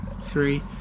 three